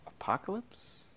Apocalypse